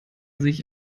sich